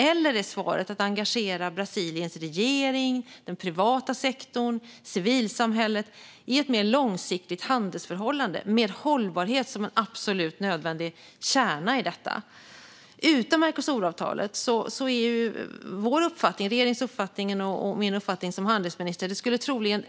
Eller är svaret att engagera Brasiliens regering, den privata sektorn och civilsamhället i ett mer långsiktigt handelsförhållande, med hållbarhet som en absolut nödvändig kärna? Regeringens uppfattning och min uppfattning som handelsminister är att utan Mercosuravtalet skulle troligen